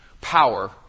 power